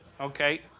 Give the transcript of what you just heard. Okay